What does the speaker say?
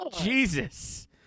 Jesus